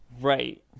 Right